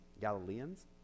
Galileans